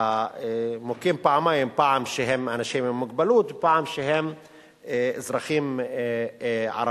"המוכים פעמיים" פעם שהם אנשים עם מוגבלות ופעם שהם אזרחים ערבים